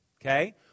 okay